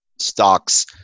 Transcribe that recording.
stocks